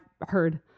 heard